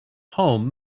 home